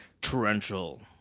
torrential